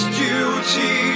duty